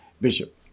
Bishop